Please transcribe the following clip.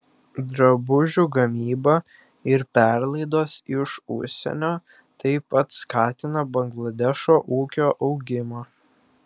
drabužių gamyba ir perlaidos iš užsienio taip pat skatina bangladešo ūkio augimą